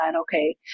okay